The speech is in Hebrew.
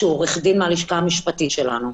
שהוא עורך דין מהלשכה המשפטית שלנו.